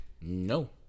No